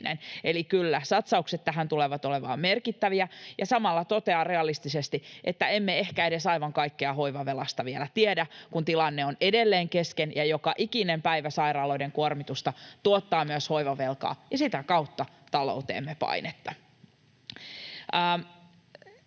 Eli kyllä, satsaukset tähän tulevat olemaan merkittäviä. Samalla totean realistisesti, että emme ehkä edes aivan kaikkea hoivavelasta vielä tiedä, kun tilanne on edelleen kesken ja joka ikinen päivä sairaaloiden kuormitusta tuottaa myös hoivavelkaa ja sitä kautta talouteemme painetta.